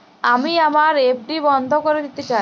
আমি আমার এফ.ডি বন্ধ করে দিতে চাই